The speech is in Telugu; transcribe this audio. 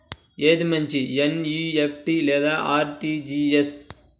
ఏది మంచి ఎన్.ఈ.ఎఫ్.టీ లేదా అర్.టీ.జీ.ఎస్?